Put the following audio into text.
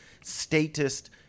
statist